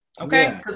okay